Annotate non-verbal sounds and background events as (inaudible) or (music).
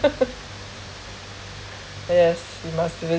(laughs) (breath) yes we must believe